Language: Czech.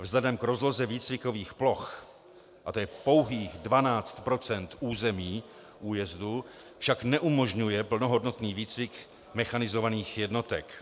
Vzhledem k rozloze výcvikových ploch, a tj. pouhých 12 % území újezdu, však neumožňuje plnohodnotný výcvik mechanizovaných jednotek.